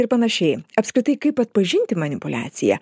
ir panašiai apskritai kaip atpažinti manipuliaciją